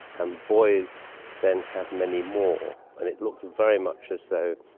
and boys then have many more. and it looks very much as though.